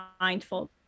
mindful